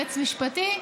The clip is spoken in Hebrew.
ליועץ משפטי,